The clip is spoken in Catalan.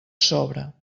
sobra